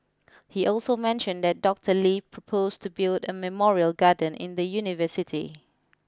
he also mentioned that Doctor Lee proposed to build a memorial garden in the university